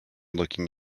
looking